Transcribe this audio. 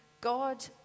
God